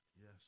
Yes